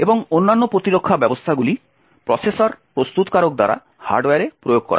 এবং অন্যান্য প্রতিরক্ষা ব্যবস্থাগুলি প্রসেসর প্রস্তুতকারক দ্বারা হার্ডওয়্যারে প্রয়োগ করা হয়